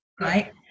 right